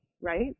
right